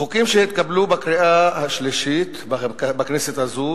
חוקים שהתקבלו בקריאה שלישית בכנסת הזאת,